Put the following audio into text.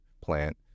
plant